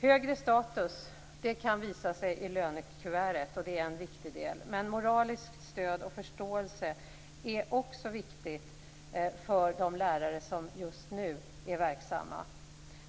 Högre status kan visa sig i lönekuvertet. Det är en viktig del. Men moraliskt stöd och förståelse är också viktigt för de lärare som just nu är verksamma.